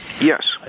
Yes